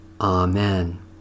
Amen